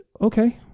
okay